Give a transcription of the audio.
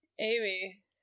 Amy